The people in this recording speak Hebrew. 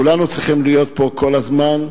כולנו צריכים להיות פה כל הזמן,